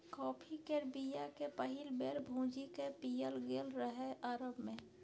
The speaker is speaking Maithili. कॉफी केर बीया केँ पहिल बेर भुजि कए पीएल गेल रहय अरब मे